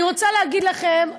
אני רוצה להגיד לכם,